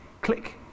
click